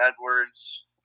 Edwards